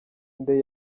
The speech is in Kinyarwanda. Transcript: nde